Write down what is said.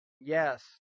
Yes